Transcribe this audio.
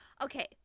Okay